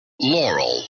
Laurel